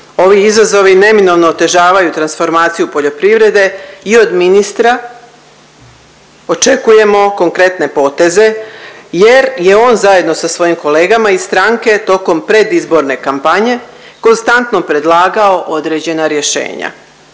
Ovi izazovi neminovno otežavaju transformaciju poljoprivrede i od ministra očekujemo konkretne poteze jer je on zajedno sa svojim kolegama iz stranke tokom predizborne kampanje konstantno predlagao određena rješenja,